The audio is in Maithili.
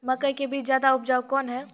मकई के बीज ज्यादा उपजाऊ कौन है?